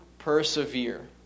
persevere